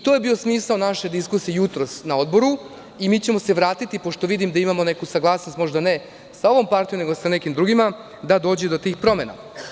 To je bio smisao naše diskusije jutros na Odboru i mi ćemo se vratiti, pošto vidim da imamo neku saglasnost, možda ne sa ovom partijom, nego sa nekim drugima, da dođe do tih promena.